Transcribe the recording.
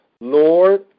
Lord